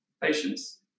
patience